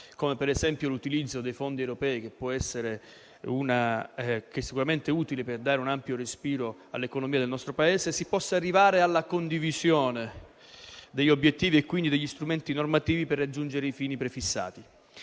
come per esempio l'utilizzo dei fondi europei che sono sicuramente utili per dare un ampio respiro all'economia del nostro Paese, si possa arrivare alla condivisione degli obiettivi e quindi degli strumenti normativi per raggiungere i fini prefissati.